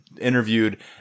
interviewed